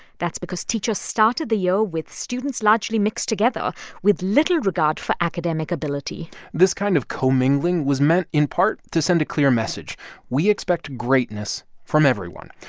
that's because teachers started the year with students largely mixed together with little regard for academic ability this kind of co-mingling was meant, in part, to send a clear message we expect greatness from everyone.